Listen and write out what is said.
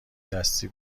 دستی